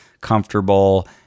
comfortable